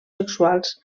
sexuals